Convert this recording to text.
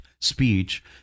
speech